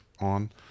on